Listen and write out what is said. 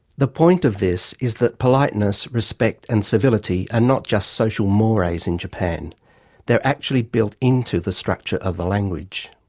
the point of this is that politeness, respect and civility are not just social mores in japan they're actually built into the structure of the language.